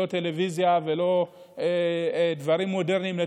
לא טלוויזיה ולא דברים מודרניים לתקשר,